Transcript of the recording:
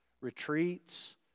retreats